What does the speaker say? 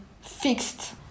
fixed